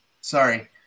sorry